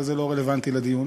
אבל זה לא רלוונטי לדיון,